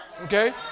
Okay